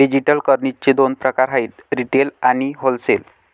digital करन्सीचे दोन प्रकार आहेत रिटेल आणि होलसेल